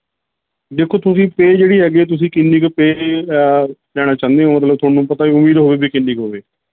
ਦੇਖੋ ਤੁਸੀਂ ਪੇਅ ਜਿਹੜੀ ਹੈਗੀ ਆ ਤੁਸੀ ਕਿੰਨੀ ਕ ਪੇਅ ਲੈਣਾ ਚਾਹੁੰਦੇ ਹੋ ਮਤਲਬ ਥੋਨੂੰ ਪਤਾ ਉਮੀਦ ਹੋਵੇ ਵੀ ਕਿੰਨੀ ਕੁ ਹੋਵੇ